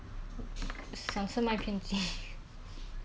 travel it's not like I never travelled before and now cannot travel